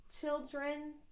children